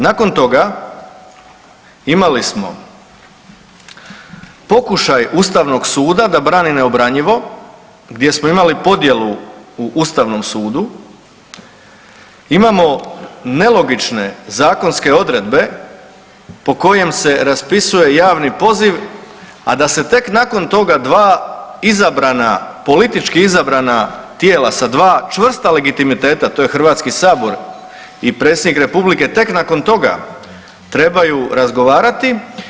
Nakon toga imali smo pokušaj Ustavnog suda da brani neobranjivo gdje smo imali podjelu u Ustavnom sudu, imamo nelogične zakonske odredbe po kojem se raspisuje javni poziv, a da se tek nakon toga dva izabrana, politički izabrana tijela sa dva čvrsta legitimiteta, to je HS i predsjednik Republike, tek nakon toga trebaju razgovarati.